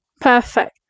perfect